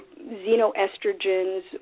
xenoestrogens